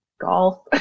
golf